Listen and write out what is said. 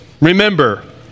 Remember